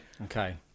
Okay